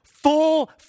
Full